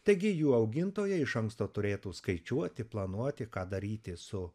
taigi jų augintojai iš anksto turėtų skaičiuoti planuoti ką daryti su